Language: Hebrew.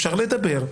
אפשר לדבר.